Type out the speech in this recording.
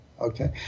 Okay